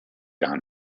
gar